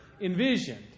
envisioned